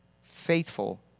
faithful